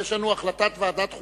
יש לנו החלטת ועדת החוקה,